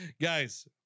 Guys